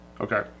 Okay